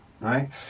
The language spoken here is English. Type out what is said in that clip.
right